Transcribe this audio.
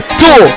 two